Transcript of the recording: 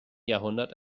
jahrhundert